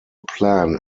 plan